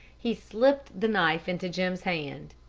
he slipped the knife into jim's hand.